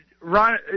Ron